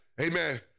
Amen